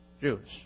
Jews